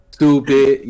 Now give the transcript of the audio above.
Stupid